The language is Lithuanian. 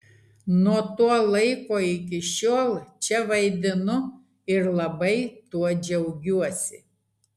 nuo to laiko iki šiol čia vaidinu ir labai tuo džiaugiuosi